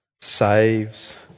saves